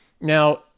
Now